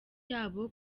yabo